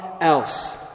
else